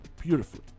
beautifully